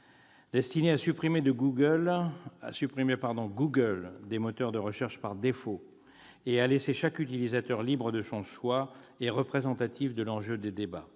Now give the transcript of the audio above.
visant à supprimer Google des moteurs de recherche par défaut et à laisser chaque utilisateur libre de son choix, est représentatif de l'enjeu des débats.